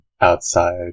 outside